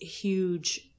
huge